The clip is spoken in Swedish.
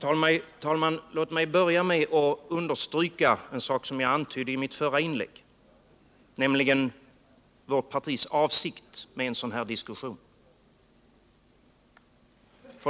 Herr talman! Låt mig börja med att understryka en sak som jag antydde i mitt förra inlägg, nämligen vårt partis avsikt med en sådan här diskussion.